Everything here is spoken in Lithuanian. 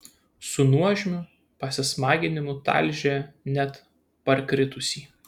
su nuožmiu pasismaginimu talžė net parkritusį